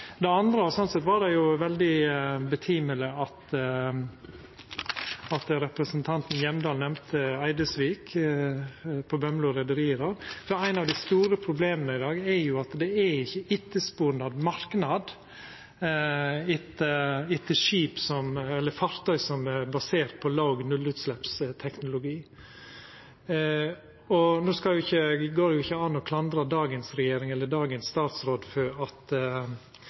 andre – og sånn sett var det i veldig rett tid at representanten Hjemdal nemnde reiarlaget Eidesvik på Bømlo – er at eit av dei store problema i dag er at det ikkje er etterspurnad etter og marknad for fartøy som er basert på låg- og nullutsleppsteknologi. No går det ikkje an å klandra dagens regjering eller dagens statsråd for at